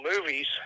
movies